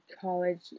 college